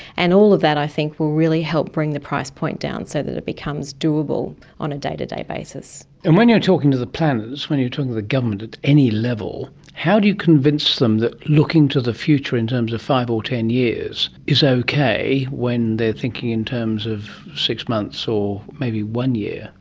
and all of that i think will really help bring the price point down so that it becomes doable on a day-to-day basis. and when you are talking to the planners, when you are talking government at any level, how do you convince them that looking to the future in terms of five or ten years is okay when they are thinking in terms of six months or maybe one year?